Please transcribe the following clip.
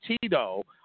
Tito